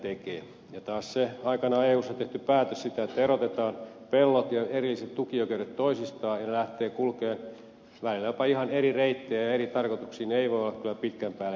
taas se aikanaan eussa tehty päätös että erotetaan pellot ja erilliset tukioikeudet toisistaan ja ne lähtevät kulkemaan välillä jopa ihan eri reittejä ja eri tarkoituksiin ei voi olla kyllä pitkän päälle järkevä